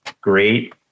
great